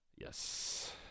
Yes